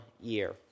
year